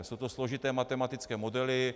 Jsou to složité matematické modely.